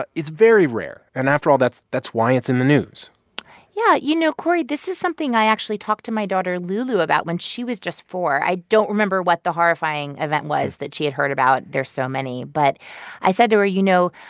but very rare. and, after all, that's that's why it's in the news yeah. you know, cory, this is something i actually talked to my daughter lulu about when she was just four. i don't remember what the horrifying event was that she had heard about. there's so many but i said to her, you know,